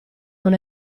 non